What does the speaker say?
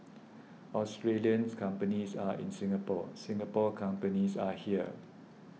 Australian companies are in Singapore Singapore companies are here